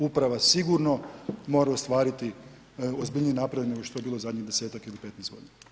Uprava sigurno mora ostvariti ozbiljniji napredak nego što je bilo zadnjih 10-ak ili 15 godina.